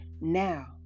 Now